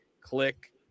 Click